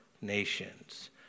nations